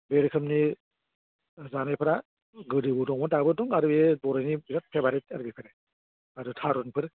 बे रोखोमनि जानायफोरा गोदोबो दङ दाबो दं आरो बेयो बर'नि बिरात फेभारेट आरो बेफोरो आरो थारुनफोर